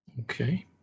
Okay